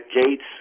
Gates